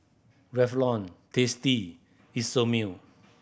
Revlon Tasty Isomil